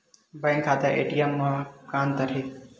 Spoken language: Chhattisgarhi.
बैंक खाता ए.टी.एम मा का अंतर हे?